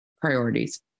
priorities